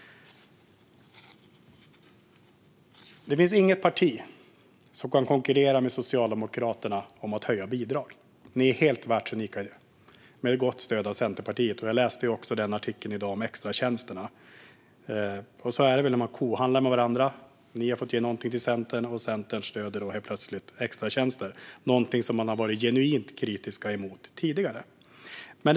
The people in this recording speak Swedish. Det finns inget parti som kan konkurrera med Socialdemokraterna i fråga om att höja bidrag. Ni är helt världsunika när det gäller det, med gott stöd av Centerpartiet. Jag läste artikeln om extratjänsterna. Så är det väl när man kohandlar med varandra. Ni har fått ge någonting till Centern, och Centern stöder plötsligt extratjänster, som de har varit genuint kritiska till tidigare.